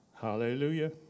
Hallelujah